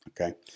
okay